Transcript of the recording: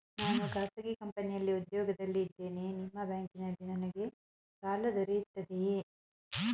ನಾನು ಖಾಸಗಿ ಕಂಪನಿಯಲ್ಲಿ ಉದ್ಯೋಗದಲ್ಲಿ ಇದ್ದೇನೆ ನಿಮ್ಮ ಬ್ಯಾಂಕಿನಲ್ಲಿ ನನಗೆ ಸಾಲ ದೊರೆಯುತ್ತದೆಯೇ?